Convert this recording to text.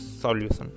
solution